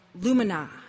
lumina